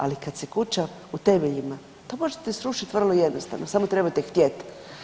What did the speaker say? Ali kad se kuća u temeljima, pa možete srušiti vrlo jednostavno samo trebate htjet.